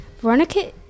Veronica